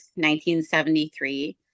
1973